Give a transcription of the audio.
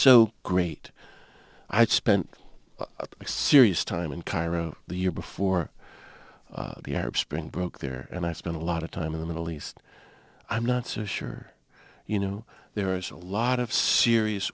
so great i spent a serious time in cairo the year before the arab spring broke there and i spent a lot of time in the middle east i'm not so sure you know there is a lot of serious